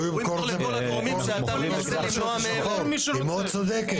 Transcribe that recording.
הוא ימכור את זה לכל הגורמים שאתה מנסה למנוע מהם --- היא מאוד צודקת.